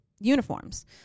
uniforms